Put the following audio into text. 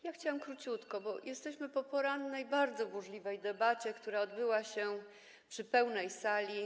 Ja chciałam króciutko, bo jesteśmy po porannej bardzo burzliwej debacie, która odbyła się przy pełnej sali.